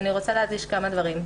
אני רוצה להדגיש כמה דברים.